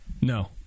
No